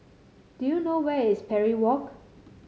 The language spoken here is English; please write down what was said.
do you know where is Parry Walk